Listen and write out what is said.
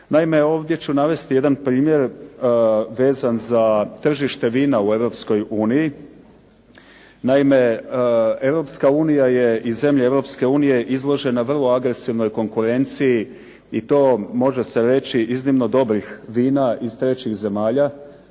Naime, ovdje ću navesti jedan primjer vezan za tržište vina u Europskoj uniji. Naime, Europska unija je i zemlje Europske unije izložena vrlo agresivnoj konkurenciji i to može se reći iznimno dobrih vina iz trećih zemalja,